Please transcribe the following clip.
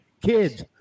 kids